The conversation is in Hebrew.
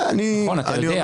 זה נכון, אתה יודע.